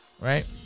Right